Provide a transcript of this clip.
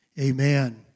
Amen